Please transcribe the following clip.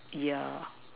yeah